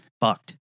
fucked